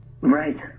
Right